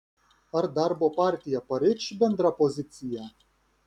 ar darbo partija pareikš bendrą poziciją